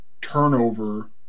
turnover